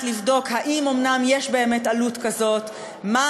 לבדוק האם אומנם יש באמת עלות כזאת ומה